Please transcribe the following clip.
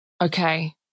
Okay